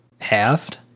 halved